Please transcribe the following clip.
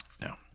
No